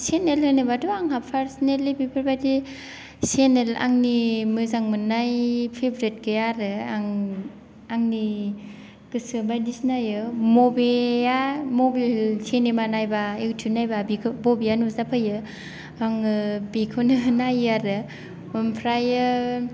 channel होनोबाथ' आंहा पारचेनेलि बेफोर बादि चेनेल आंनि मोजां मोननाय फेब्रेथ गैया आरो आं आंनि गोसो बादिसो नायो बबेया बबे सेनेमा नायबा इउथुब नायबा बबेया नुजाफैयो आङो बेखौनो नायो आरो ओमफ्रायो